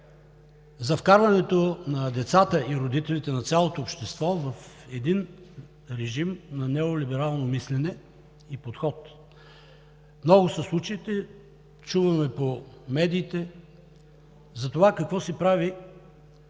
за вкарването на децата и родителите, на цялото общество в един режим на неолиберално мислене и подход. Много са случаите, чуваме по медиите, за това какво се прави